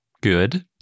Good